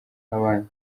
nk’abandi